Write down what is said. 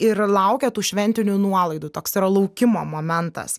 ir laukia tų šventinių nuolaidų toks yra laukimo momentas